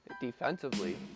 defensively